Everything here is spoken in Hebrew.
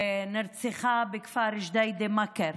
נרצחה בכפר ג'דיידה-מכר.